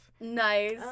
Nice